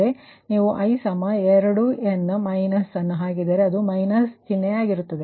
ಆದ್ದರಿಂದ ನೀವು i 2 n minus ಅನ್ನು ಹಾಕಿದರೆ ಅದು ಮೈನಸ್ ಚಿಹ್ನೆಯಾಗಿರುತ್ತದೆ